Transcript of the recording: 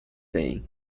saying